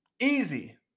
easy